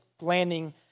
landing